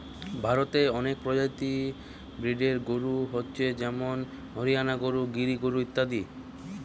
ভারতে অনেক প্রজাতির ব্রিডের গরু হচ্ছে যেমন হরিয়ানা গরু, গির গরু ইত্যাদি